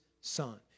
son